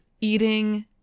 eating